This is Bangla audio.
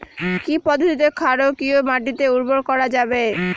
কি পদ্ধতিতে ক্ষারকীয় মাটিকে উর্বর করা যাবে?